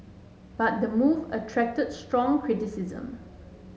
but the move attracted strong criticism